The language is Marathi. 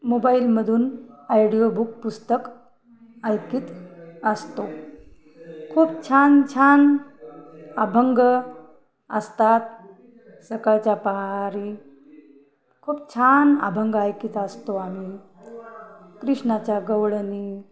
मोबाईलमधून आयडिओ बुक पुस्तक ऐकत असतो खूप छान छान अभंग असतात सकाळच्या प्रहरी खूप छान अभंग ऐकत असतो आम्ही कृष्णाच्या गवळणी